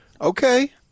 Okay